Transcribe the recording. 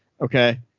Okay